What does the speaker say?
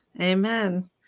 Amen